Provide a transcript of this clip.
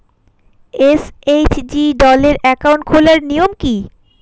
SHG দলের account খোলার নিয়ম কী?